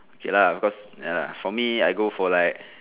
okay lah because ya lah for me I go for like